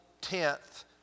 tenth